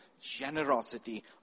generosity